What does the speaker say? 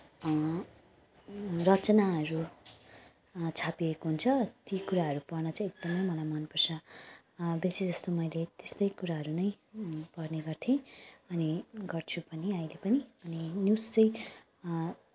रचनाहरू छापिएको हुन्छ ती कुराहरू पढ्न चाहिँ एकदमै मलाई मनपर्छ बेसी जस्तो मैले त्यस्तै कुराहरू नै पढ्ने गर्थे अनि गर्छु पनि अहिले पनि अनि न्युज चाहिँ